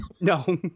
No